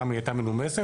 אמנם היא הייתה מנומסת.